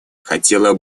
хотела